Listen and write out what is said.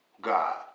god